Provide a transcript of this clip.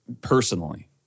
personally